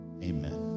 Amen